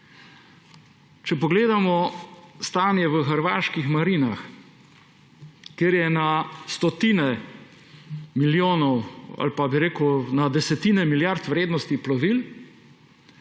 Če pogledamo stanje v hrvaških marinah, kjer je na stotine milijonov ali